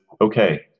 okay